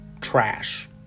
trash